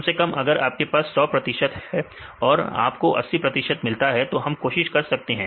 कम से कम अगर आपके पास 100 प्रतिशत है और आप को 80 प्रतिशत मिलता है तो हम कोशिश कर सकते हैं